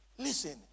Listen